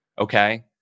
okay